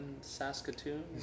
Saskatoon